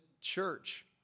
church